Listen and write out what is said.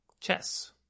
Chess